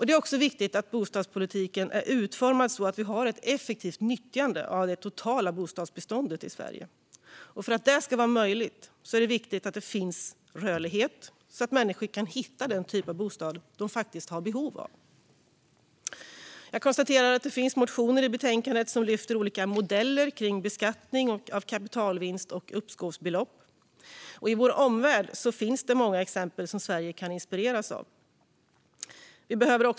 Det är viktigt att bostadspolitiken är utformad på ett sådant sätt att vi har ett effektivt nyttjande av det totala bostadsbeståndet i Sverige. För att det ska vara möjligt är det viktigt att det finns rörlighet så att människor kan hitta sådana bostäder som de är i behov av. Jag konstaterar att det i betänkandet finns motioner som lyfter upp olika modeller för beskattning av kapitalvinst och uppskovsbelopp. I vår omvärld finns många exempel som Sverige kan inspireras av.